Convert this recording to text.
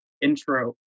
intro